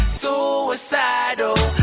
suicidal